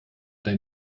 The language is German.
dein